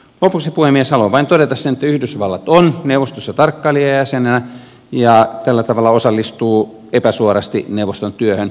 lopuksi puhemies haluan vain todeta sen että yhdysvallat on neuvostossa tarkkailijajäsenenä ja tällä tavalla osallistuu epäsuorasti neuvoston työhön